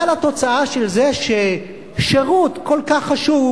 אבל התוצאה של זה היא ששירות כל כך חשוב,